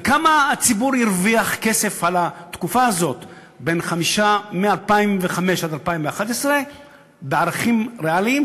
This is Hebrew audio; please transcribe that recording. וכמה כסף הציבור הרוויח בתקופה הזאת שמ-2005 עד 2011 בערכים ריאליים,